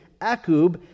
Akub